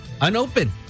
Unopened